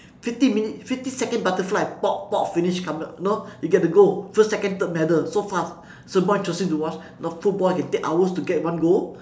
fifty minute fifty second butterfly pop pop finish come out you know you get the goal first second third medal so fast it's more interesting to watch you know football it can take hours to get one goal